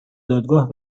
دادگاه